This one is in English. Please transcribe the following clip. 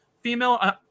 female